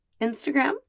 Instagram